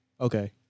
Okay